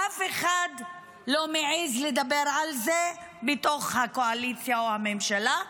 ואף אחד לא מעז לדבר על זה בתוך הקואליציה או הממשלה,